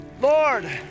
Lord